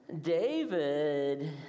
David